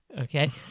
Okay